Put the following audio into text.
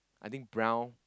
I think brown